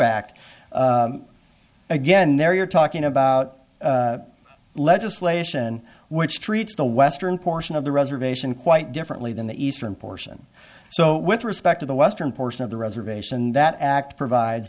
act again there you're talking about legislation which treats the western portion of the reservation quite differently than the eastern portion so with risp back to the western portion of the reservation that act provides